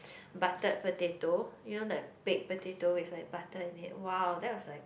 butter potato you know like baked potato with like butter in it !wow! that was like